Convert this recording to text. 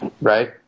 right